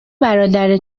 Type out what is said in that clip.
برادر